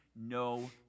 no